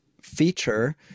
feature